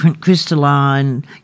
crystalline